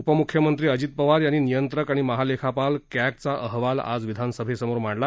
उपमुख्यमंत्री अजित पवार यांनी नियंत्रक आणि महालेखापाल क्योवा अहवाल आज विधानसभेसमोर मांडला